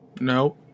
no